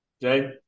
Jay